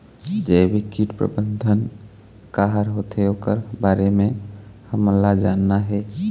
जैविक कीट प्रबंधन का हर होथे ओकर बारे मे हमन ला जानना हे?